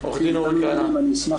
אשמח